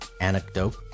anecdote